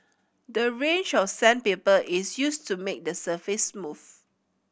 the range of sandpaper is used to make the surface smooth